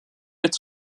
wird